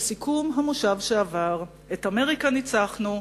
לסיכום המושב שעבר: את אמריקה ניצחנו,